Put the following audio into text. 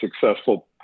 successful